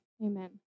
amen